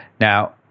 Now